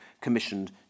commissioned